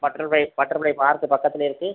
butterfly butterfly park பக்கத்திலேயே இருக்கிறது